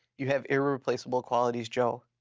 you have irreplaceable qualities, joe,